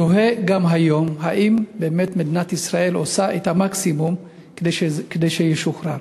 תוהה גם היום אם באמת מדינת ישראל עושה את המקסימום כדי שהוא ישוחרר,